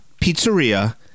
Pizzeria